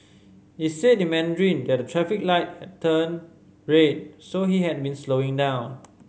he said in Mandarin that the traffic light had turned red so he had been slowing down